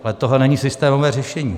Ale tohle není systémové řešení.